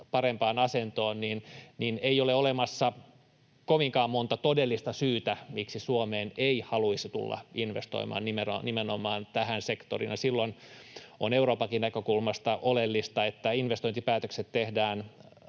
parempaan asentoon, niin ei ole olemassa kovinkaan monta todellista syytä, miksi Suomeen ei haluaisi tulla investoimaan nimenomaan tähän sektoriin. Sitten on Euroopankin näkökulmasta oleellista, että investointipäätökset tehdään